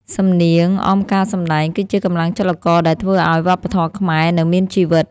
សំនៀងអមការសម្ដែងគឺជាកម្លាំងចលករដែលធ្វើឱ្យវប្បធម៌ខ្មែរនៅមានជីវិត។